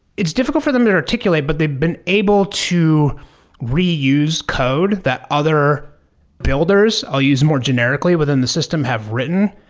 it's difficult for them to articulate, but they've been able to reuse code that other builders, i'll use more generically within the system, have written.